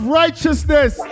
righteousness